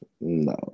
No